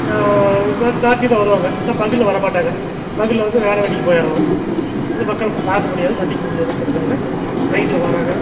இந்நே இந்நேரத்துக்குதான் வருவாங்க ஆனால் பகலில் வர மாட்டாங்க பகலில் வந்தால் வேலை வெட்டிக்கு போயிடுறோம் அந்த மக்களை பார்க்க முடியாது சந்திக்க முடியாதுங்கறக்காக நைட்டில் வராங்க